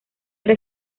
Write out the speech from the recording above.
era